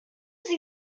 sie